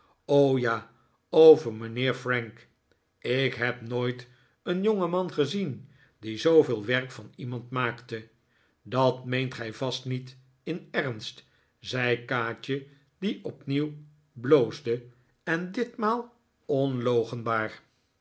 o ja over mijnheer frank ik heb nooit een jongeman gezien die zooveel werk van iemand maakte dat meent gij vast niet in ernst zei kaatje die opnieuw bloosde en ditmaal onloochenbaar